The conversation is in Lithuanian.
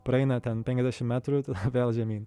praeina ten penkiasdešimt metrų vėl žemyn